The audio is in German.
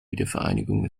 wiedervereinigung